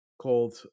called